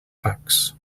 fax